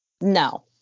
no